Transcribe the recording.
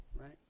right